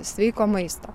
sveiko maisto